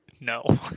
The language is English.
no